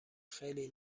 خیلی